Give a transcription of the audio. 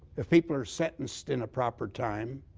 if people are sentenced in a proper time,